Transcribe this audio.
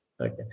Okay